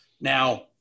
Now